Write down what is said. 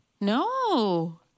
no